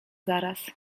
zaraz